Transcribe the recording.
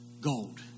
gold